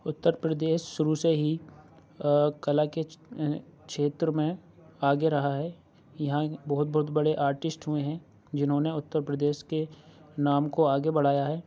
اُترپردیش شروع سے ہی کلا کے چھیتر میں آگے رہا ہے یہاں بہت بہت بڑے آرٹسٹ ہوئے ہیں جنہوں نے اُترپردیش کے نام کو آگے بڑھایا ہے